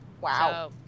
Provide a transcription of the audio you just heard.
wow